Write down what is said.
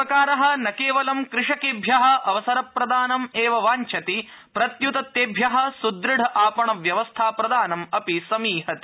सर्वकार न केवल कृषकेभ्य अवसरप्रदानमेव वाच्छति प्रत्युत तेभ्य सुदृढ आपणब्यवस्था प्रदानमपि समीहते